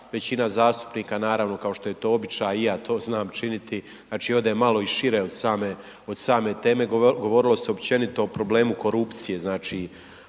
većina zastupnika naravno kao što je to običaj i ja to znam činiti, znači ode malo i šire od same, od same teme. Govorilo se općenito o problemu korupcije znači